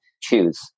choose